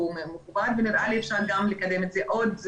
מכובד ונראה לי שאפשר גם לקדם את זה עוד.